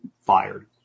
fired